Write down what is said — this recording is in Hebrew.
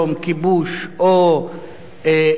כיבוש או עוני,